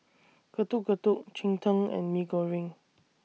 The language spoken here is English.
Getuk Getuk Cheng Tng and Mee Goreng